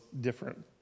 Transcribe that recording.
different